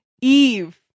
Eve